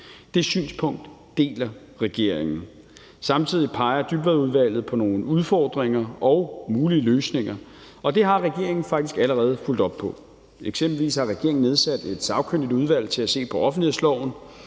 Det synspunkt deler regeringen. Samtidig peger Dybvadudvalget på nogle udfordringer og mulige løsninger, og det har regeringen faktisk allerede fulgt op på. Eksempelvis har regeringen nedsat et sagkyndigt udvalg til at se på offentlighedsloven.